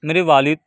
میرے والد